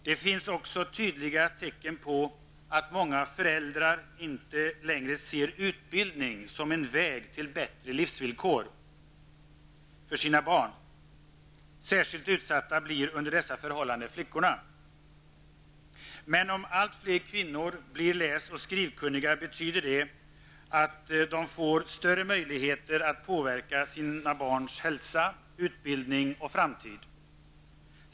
Det finns också tydliga tecken på att många föräldrar inte längre ser utbildning som en väg till bättre livsvillkor för sina barn. Flickorna blir särskilt utsatta under dessa förhållanden. Om allt fler kvinnor blir läs och skrivkunniga betyder det emellertid att de får större möjligheter att påverka sina barns hälsa, utbildning och framtid.